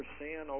sin